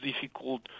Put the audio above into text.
difficult